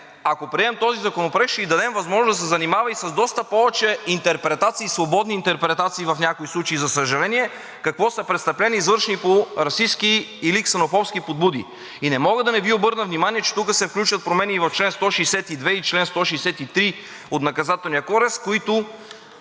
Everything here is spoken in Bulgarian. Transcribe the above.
ако приемем този законопроект, ще ѝ дадем възможност да се занимава и с доста повече интерпретации, свободни интерпретации в някои случаи, за съжаление, какво са престъпления, извършени по расистки или ксенофобски подбуди. И не мога да не Ви обърна внимание, че тук се включват промени и в чл. 162 и 163 от Наказателния кодекс, които